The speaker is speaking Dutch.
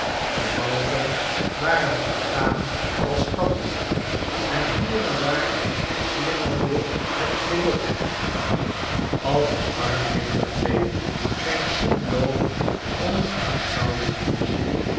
de balken ijen verglan als tfnden en hier en daar slingerde het klimop kni winterkleed zjn groen loof om de koude muren